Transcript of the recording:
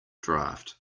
draft